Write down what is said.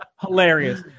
hilarious